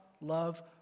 love